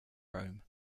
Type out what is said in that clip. rome